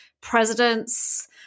presidents